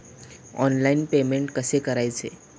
Online payment कसे करायचे?